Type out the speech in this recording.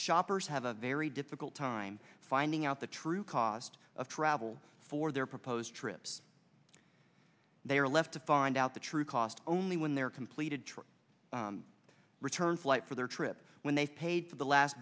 shoppers have a very difficult time finding out the true cost of travel for their proposed trips they are left to find out the true cost only when their completed trip return flight for their trip when they paid for the last